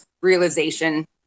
realization